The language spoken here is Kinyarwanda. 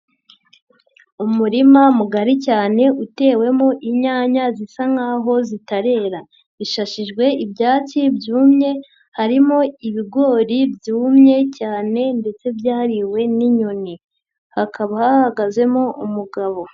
Umurima mugari cyane utewemo inyanya zisa nkaho zitarera, ishashijwe ibyatsi byumye harimo ibigori byumye cyane ndetse byariwe n'inyoni, hakaba hahagazemo umugabo.